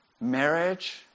Marriage